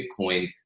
Bitcoin